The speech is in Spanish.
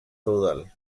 feudal